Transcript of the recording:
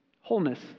wholeness